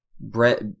Brett